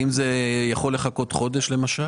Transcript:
האם זה יכול לחכות חודש למשל?